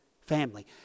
family